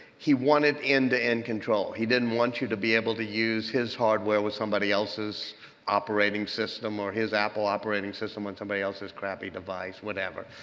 he wanted end-to-end control. he didn't want you to be able to use his hardware with somebody else's operating system or his apple operating system with somebody else's crappy device, whatever.